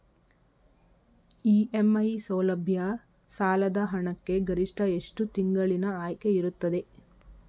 EMI ಸೌಲಭ್ಯ ಸಾಲದ ಹಣಕ್ಕೆ ಗರಿಷ್ಠ ಎಷ್ಟು ತಿಂಗಳಿನ ಆಯ್ಕೆ ಇರುತ್ತದೆ?